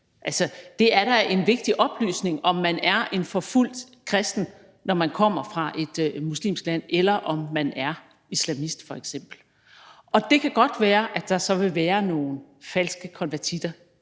Det er da en vigtig oplysning, om man er en forfulgt kristen, når man kommer fra et muslimsk land, eller om man f.eks. er islamist. Og det kan godt være, at der så vil være nogle falske konvertitter.